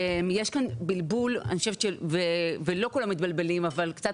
יש כאן בריאות ולא כולם מתבלבלים אבל קצת